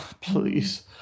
please